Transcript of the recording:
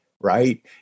Right